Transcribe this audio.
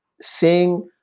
seeing